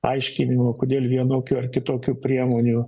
aiškinimo kodėl vienokių ar kitokių priemonių